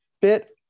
bit